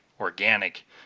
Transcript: organic